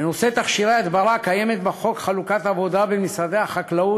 בנושא תכשירי הדברה קיימת בחוק חלוקת עבודה בין משרדי החקלאות,